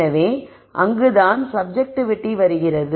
எனவே அங்கு தான் சப்ஜெக்ட்டிவிட்டி வருகிறது